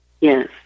Yes